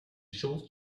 should